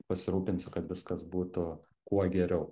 pasirūpinsiu kad viskas būtų kuo geriau